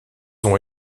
ont